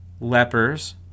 lepers